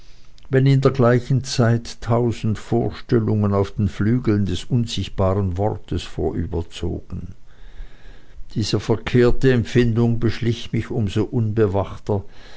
wenn in der gleichen zeit tausend vorstellungen auf den flügeln des unsichtbaren wortes vorüberzogen diese verkehrte empfindung beschlich mich um so unbewachter